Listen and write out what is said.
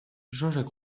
jacques